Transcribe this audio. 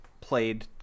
played